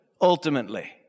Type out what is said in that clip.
Ultimately